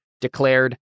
declared